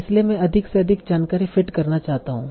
इसलिए मैं अधिक से अधिक जानकारी फिट करना चाहता हूं